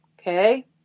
Okay